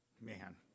Man